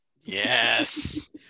Yes